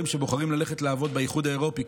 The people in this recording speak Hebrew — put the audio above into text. שבוחרים ללכת לעבוד באיחוד האירופי,